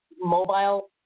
mobile